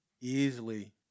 easily